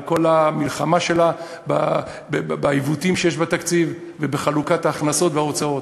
על כל המלחמה שלה בעיוותים שיש בתקציב ובחלוקת ההכנסות וההוצאות.